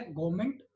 government